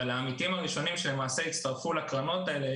אבל העמיתים הראשונים שהצטרפו לקרנות הללו